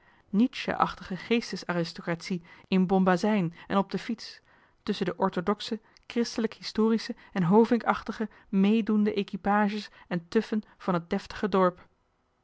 berkie nietzsche achtige geestes aristocratie in bombazijn en op de fiets tusschen de orthodoxe christelijk historische en hovinkachtig méédoende equipages en tuffen van t deftige dorp